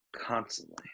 constantly